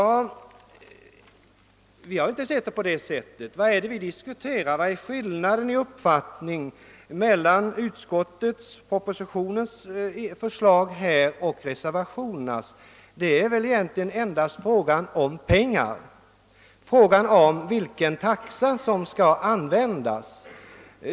Vi har inte sett saken på det sättet. Vad är det vi diskuterar? Var ligger skillnaden i uppfattningen mellan utskottets och reservationernas förslag? Skillnaden rör väl endast frågan om pengar. Det gäller vilken taxa som skall användas.